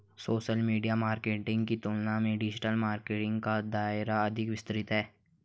social media marketing की तुलना में डिजिटल मार्केटिंग का दायरा अधिक विस्तृत है